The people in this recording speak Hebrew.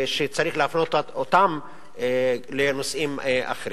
שצריך להפנות אותם לנושאים אחרים.